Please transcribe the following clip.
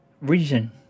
Reason